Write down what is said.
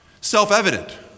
self-evident